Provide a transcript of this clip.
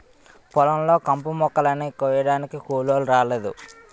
పొలం లో కంపుమొక్కలని కొయ్యడానికి కూలోలు రాలేదు